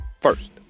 First